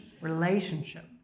relationship